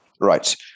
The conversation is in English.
Right